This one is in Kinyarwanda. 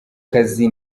kazi